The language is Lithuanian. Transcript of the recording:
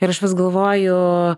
ir aš vis galvoju